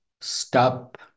stop